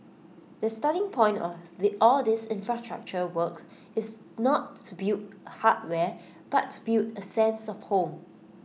the starting point of all these infrastructure work is not to build hardware but to build A sense of home